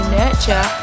nurture